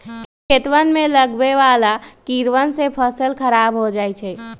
खेतवन में लगवे वाला कीड़वन से फसल खराब हो जाहई